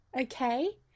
Okay